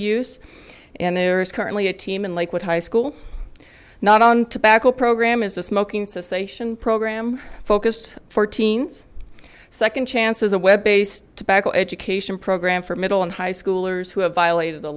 use and there is currently a team in liquid high school not on tobacco program is the smoking cessation program focused for teens second chance is a web based tobacco education program for middle and high schoolers who have violated the